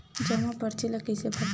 जमा परची ल कइसे भरथे?